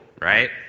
Right